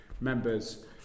members